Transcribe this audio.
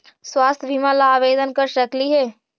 स्वास्थ्य बीमा ला आवेदन कर सकली हे?